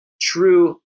True